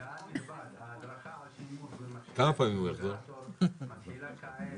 כי בכדורסל המצב הוא קצת שונה מבחינת ההישגים.